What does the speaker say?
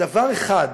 בדבר אחד,